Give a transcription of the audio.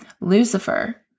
Lucifer